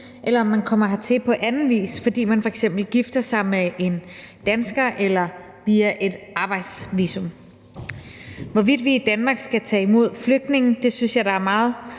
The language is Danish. eller om man kommer hertil på anden vis, fordi man f.eks. gifter sig med en dansker, eller fordi man kommer via et arbejdsvisum. Hvorvidt vi i Danmark skal tage imod flygtninge, synes jeg der er meget